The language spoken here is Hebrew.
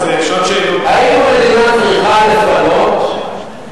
חבר הכנסת חיים אורון,